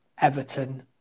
Everton